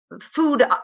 food